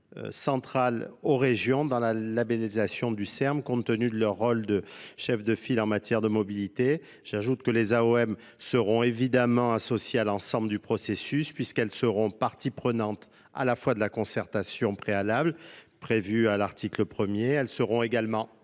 central aux régions dans la labellisation du Er M. Compte tenu de leur rôle de chef de file en de matière de mobilité, j'ajoute que les O M que les O M seront évidemment associées à l'ensemble du processus puisqu'elles seront partie prenante à la fois de la concertation préalable prévue à l'article 1ᵉʳ, Elles seront également